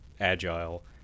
agile